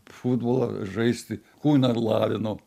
futbolą žaisti kūną lavino